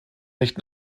nicht